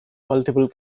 multiple